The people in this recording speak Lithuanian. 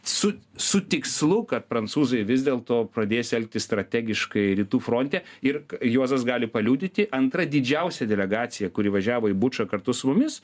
su su tikslu kad prancūzai vis dėlto pradės elgtis strategiškai rytų fronte ir juozas gali paliudyti antra didžiausia delegacija kuri važiavo į bučą kartu su mumis